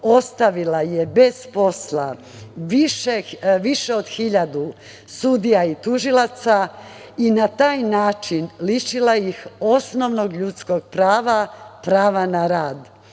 ostavila je bez posla više od 1.000 sudija i tužilaca i na taj način lišila ih osnovnog ljudskog prava, prava na rad.